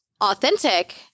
authentic